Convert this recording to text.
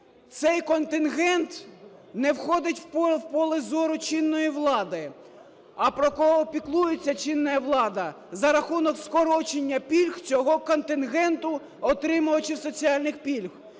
цей контингент не входить в поле зору чинної влади. А про кого піклується чинна влада за рахунок скорочення пільг цього контингенту, отримувачів соціальних пільг?